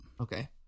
Okay